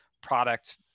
product